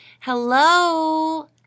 hello